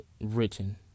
written